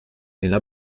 nella